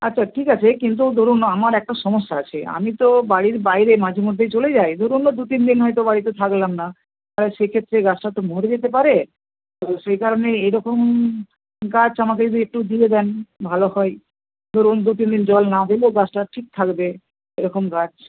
আচ্ছা ঠিক আছে কিন্তু ধরুন আমার একটা সমস্যা আছে আমি তো বাড়ির বাইরে মাঝে মধ্যেই চলে যাই ধরুন দুতিন দিন হয়তো বাড়িতে থাকলাম না সেক্ষেত্রে গাছটা তো মরে যেতে পারে তো সেই কারণেই এরকম গাছ আমাকে যদি একটু দিয়ে দেন ভালো হয় ধরুন দুতিন দিন জল না দিলেও গাছটা ঠিক থাকবে এরকম গাছ